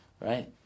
right